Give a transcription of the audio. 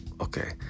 Okay